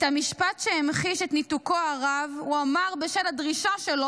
את המשפט שהמחיש את ניתוקו הרב הוא אמר בשל הדרישה שלו